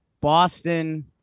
Boston